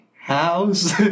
House